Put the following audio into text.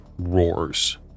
Roars